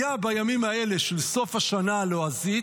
היה בימים האלה של סוף השנה הלועזית,